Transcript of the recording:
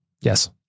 Yes